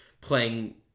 playing